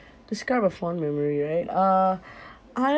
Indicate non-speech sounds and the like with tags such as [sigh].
describe a fond memory right uh [breath]